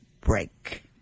break